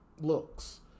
looks